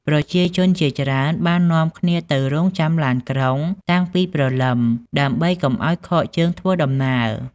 ប្រជាជនជាច្រើនបាននាំគ្នាទៅរង់ចាំឡានក្រុងតាំងពីព្រលឹម ដើម្បីកុំឱ្យខកជើងធ្វើដំណើរ។